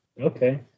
Okay